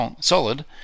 solid